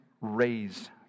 raise